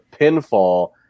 pinfall